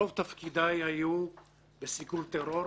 רוב תפקידיי היו בסיכול טרור.